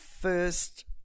first